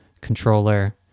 controller